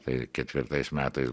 tai ketvirtais metais